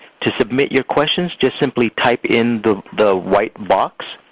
to submit your questions, just simply type in the the white box,